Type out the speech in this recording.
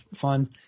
fun